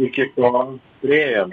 iki ko priėjom